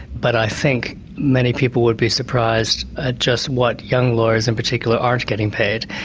but i think many people would be surprised at just what young lawyers in particular aren't getting paid.